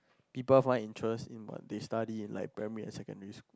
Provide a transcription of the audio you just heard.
people find interest in what they study in like primary and secondary